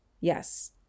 Yes